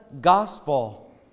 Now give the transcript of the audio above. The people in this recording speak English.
gospel